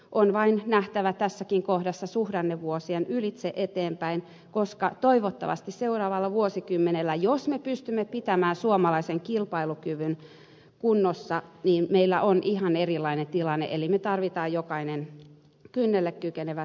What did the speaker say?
on vain nähtävä tässäkin kohdassa suhdannevuosien ylitse eteenpäin koska toivottavasti seuraavalla vuosikymmenellä jos me pystymme pitämään suomalaisen kilpailukyvyn kunnossa meillä on ihan erilainen tilanne eli me tarvitsemme jokainen kynnelle kykenevä töihin